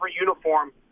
uniform